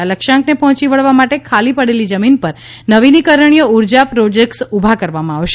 આ લક્ષ્યાંકને પહોચી વળવા માટે ખાલી પડેલી જમીન પર નવીનીકરણીય ઊર્જા પ્રોજેક્ટ્સ ઉભા કરવામાં આવશે